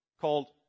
called